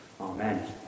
Amen